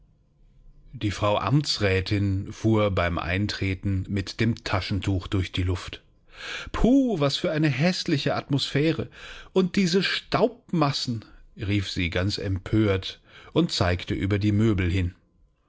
die frau amtsrätin fuhr beim eintreten mit dem taschentuch durch die luft puh was für eine häßliche atmosphäre und diese staubmassen rief sie ganz empört und zeigte über die möbel hin